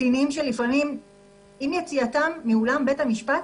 קטינים שלפעמים עם יציאתם מאולם בית המשפט